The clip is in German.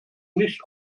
nicht